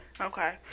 Okay